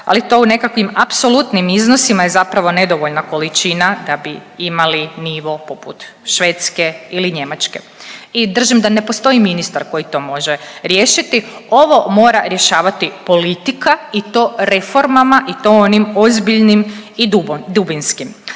ali to u nekakvim apsolutnim iznosima je zapravo nedovoljna količina da bi imali nivo poput Švedske ili Njemačke. I držim da ne postoji ministar koji to može riješiti. Ovo mora rješavati politika i to reformama i to onim ozbiljnim i dubinskim.